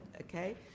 Okay